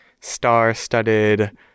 star-studded